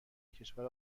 کشور